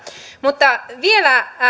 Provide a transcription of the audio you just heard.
mutta vielä